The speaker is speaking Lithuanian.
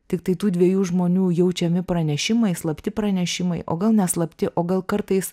tiktai tų dviejų žmonių jaučiami pranešimai slapti pranešimai o gal ne slapti o gal kartais